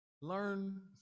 learn